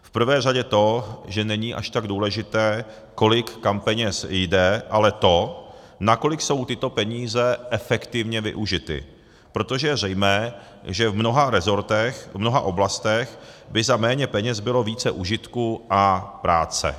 V prvé řadě to, že není až tak důležité, kolik kam peněz jde, ale to, nakolik jsou tyto peníze efektivně využity, protože je zřejmé, že v mnoha resortech, v mnoha oblastech, by za méně peněz bylo více užitku a práce.